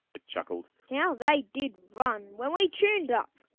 it chuckled, how they did run when we tuned up!